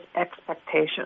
expectations